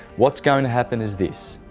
what is going to happen is this,